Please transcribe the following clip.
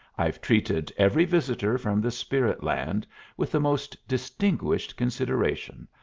i've treated every visitor from the spirit-land with the most distinguished consideration,